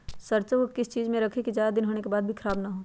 सरसो को किस चीज में रखे की ज्यादा दिन होने के बाद भी ख़राब ना हो?